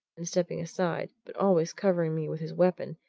and stepping aside, but always covering me with his weapon,